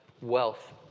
wealth